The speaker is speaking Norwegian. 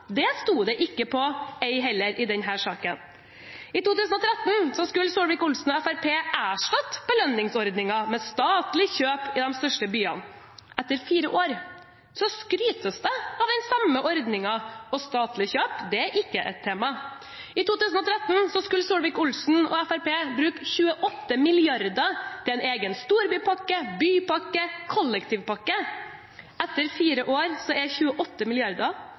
valgløfter sto det ikke på, ei heller i denne saken. I 2013 skulle Solvik-Olsen og Fremskrittspartiet erstatte belønningsordningen med statlig kjøp i de største byene. Etter fire år skrytes det av den samme ordningen, og statlig kjøp er ikke et tema. I 2013 skulle Solvik-Olsen og Fremskrittspartiet bruke 28 mrd. kr til en egen storbypakke, bypakke og kollektivpakke. Etter fire år er 28